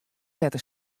wetter